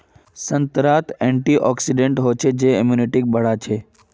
संतरात एंटीऑक्सीडेंट हचछे जे इम्यूनिटीक बढ़ाछे